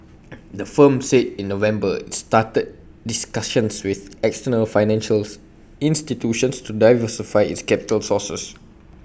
the firm said in November it's started discussions with external financials institutions to diversify its capital sources